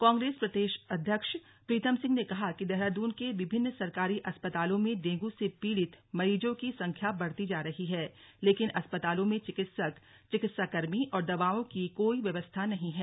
कांग्रेस प्रदेश अध्यक्ष प्रीतम सिंह ने कहा है कि देहरादून के विभिन्न सरकारी अस्पतालों में डेंगू से पीड़ित मरीजों की संख्या बढ़ती जा रही है लेकिन अस्पतालों में चिकित्सक चिकित्सा कर्मी और दवाओं की कोई व्यवस्था नहीं है